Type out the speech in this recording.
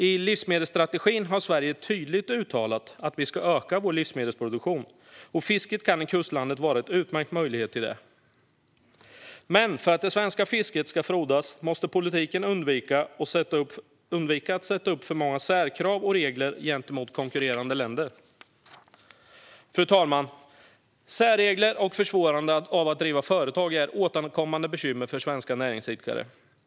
I livsmedelsstrategin har Sverige tydligt uttalat att vi ska öka vår livsmedelproduktion, och fisket kan i kustlandet vara en utmärkt möjlighet till det. Men för att det svenska fisket ska frodas måste politiken undvika att sätta upp för många särkrav och regler gentemot konkurrerande länder. Fru talman! Särregler och försvårande av att driva företag är återkommande bekymmer för svenska näringsidkare.